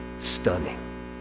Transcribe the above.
stunning